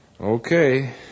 Okay